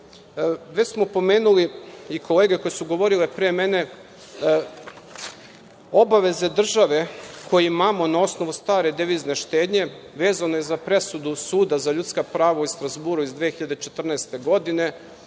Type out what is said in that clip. već smo pomenuli, i kolege koje su govorile pre mene, obaveze države koje imamo na osnovu stare devizne štednje, vezane za presudu Suda za ljudska prava iz Strazbura iz 2014. godine,